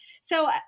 So-